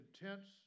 intense